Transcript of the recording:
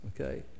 okay